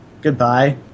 Goodbye